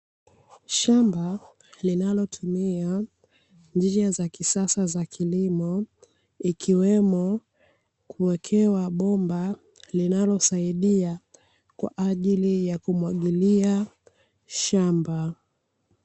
Shamba linalotumia njia za kisasa za kilimo, ikiwemo kuwekewa bomba linalosaidia kwa ajili ya kumwagilia shamba.